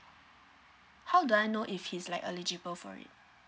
how do I know if he's like eligible for it